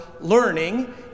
learning